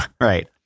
Right